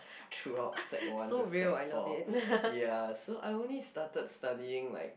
throughout sec one to sec four ya so I only started studying like